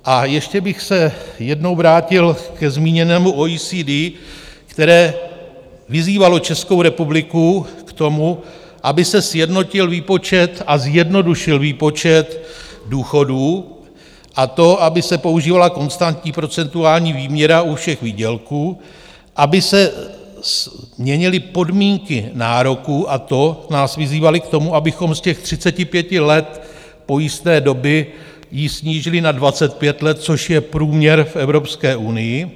A ještě bych se jednou vrátil ke zmíněnému OECD, které vyzývalo Českou republiku k tomu, aby se sjednotil výpočet a zjednodušil výpočet důchodů, a to, aby se používala konstantní procentuální výměra u všech výdělků, aby se změnily podmínky nároku, a to nás vyzývali k tomu, abychom z těch 35 let pojistné doby ji snížili na 25 let, což je průměr v Evropské unii.